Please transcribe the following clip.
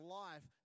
life